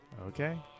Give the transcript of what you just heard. Okay